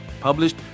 published